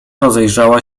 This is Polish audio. rozejrzała